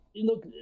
Look